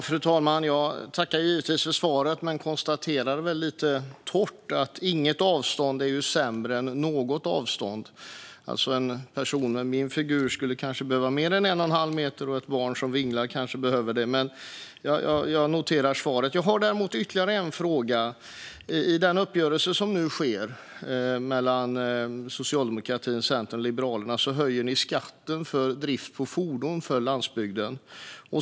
Fru talman! Jag tackar givetvis för svaret men konstaterar lite torrt att inget avstånd är sämre än något avstånd. En person med min figur skulle kanske behöva mer än en och en halv meter, och ett barn som vinglar kanske också behöver det. Men jag noterar svaret. Jag har dock ytterligare en fråga. I den uppgörelse som nu sker mellan socialdemokratin, Centern och Liberalerna höjer ni skatten på drift av fordon för landsbygden.